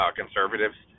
conservatives